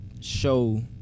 show